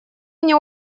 мне